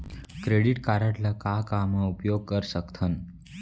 Credit card ला का का मा उपयोग कर सकथन?